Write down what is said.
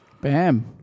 bam